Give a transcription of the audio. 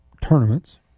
tournaments